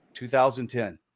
2010